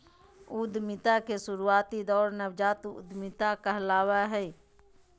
उद्यमिता के शुरुआती दौर नवजात उधमिता कहलावय हय